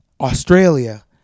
Australia